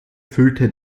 füllte